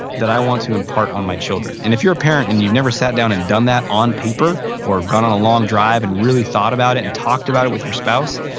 that i want to impart on my children? and if you're a parent and you never sat down and done that oo paper, or gone on a long drive and really thought about it and talked about it with your spouse,